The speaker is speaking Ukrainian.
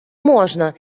можна